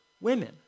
women